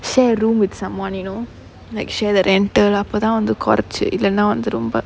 share room with someone you know like share the rental lah அப்பதான் வந்து குறைச்சி இல்லனா வந்து ரொம்ப:appathaan vanthu kirachi illana vanthu romba